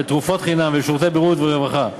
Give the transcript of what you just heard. לתרופות חינם ולשירותי בריאות ורווחה.